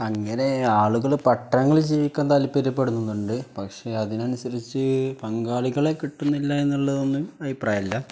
അങ്ങനെ ആളുകള് പട്ടണങ്ങളില് ജീവിക്കാൻ താല്പര്യപ്പെടുന്നുണ്ട് പക്ഷെ അതിനനുസരിച്ച് പങ്കാളികളെ കിട്ടുന്നില്ലെന്നൊന്നും അഭിപ്രായമില്ല